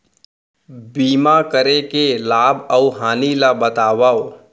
बीमा करे के लाभ अऊ हानि ला बतावव